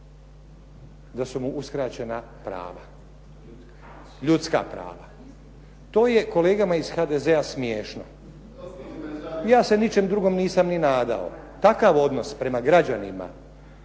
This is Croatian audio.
da su mu uskraćena prava, ljudska prava. To je kolegama iz HDZ-a smiješno. Ja se ničem drugom nisam ni nadao. Takav odnos prema građanima,